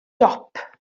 dop